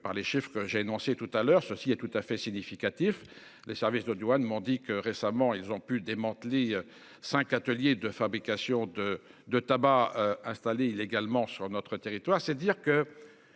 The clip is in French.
par les chefs que j'ai annoncé tout à l'heure. Ceci est tout à fait significatif. Les services de douane m'ont dit que récemment, ils ont pu démanteler 5 ateliers de fabrication de de tabac installés illégalement sur notre territoire.